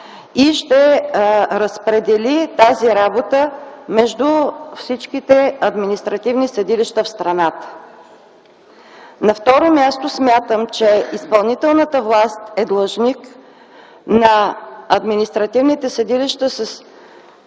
и ще разпредели тази работа между всичките административни съдилища в страната. На второ място, смятам, че изпълнителната власт е длъжник на административните съдилища по